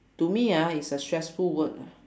to me ah it's a stressful word ah